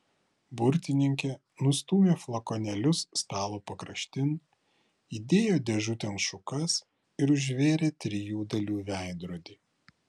burtininkė nustūmė flakonėlius stalo pakraštin įdėjo dėžutėn šukas ir užvėrė trijų dalių veidrodį